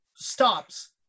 stops